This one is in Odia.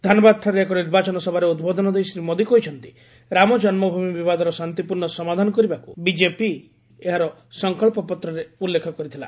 ଧାନବାଦଠାରେ ଏକ ନିର୍ବାଚନ ସଭାରେ ଉଦ୍ବୋଧନ ଦେଇ ଶ୍ରୀ ମୋଦୀ କହିଛନ୍ତି ରାମଜନ୍ମଭୂମି ବିବାଦର ଶାନ୍ତିପୂର୍ଣ୍ଣ ସମାଧାନ କରିବାକୁ ବିଜେପି ଏହାର ସଂକଳ୍ପପତ୍ରରେ ଉଲ୍ଲେଖ କରିଥିଲା